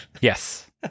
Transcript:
Yes